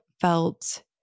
felt